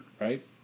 right